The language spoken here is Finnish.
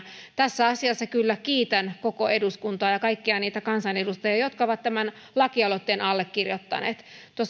tässä asiassa kyllä kiitän koko eduskuntaa ja kaikkia niitä kansanedustajia jotka ovat tämän lakialoitteen allekirjoittaneet